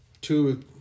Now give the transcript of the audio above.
two